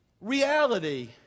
reality